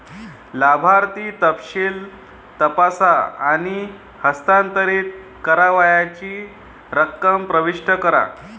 लाभार्थी तपशील तपासा आणि हस्तांतरित करावयाची रक्कम प्रविष्ट करा